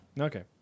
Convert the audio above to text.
Okay